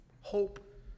hope